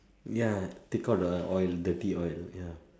ya take out the oil dirty oil